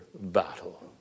battle